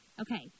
Okay